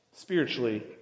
Spiritually